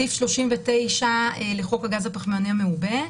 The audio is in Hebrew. סעיף 39 לחוק הגז הפחמימני המעובה,